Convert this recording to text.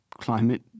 climate